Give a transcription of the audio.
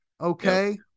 Okay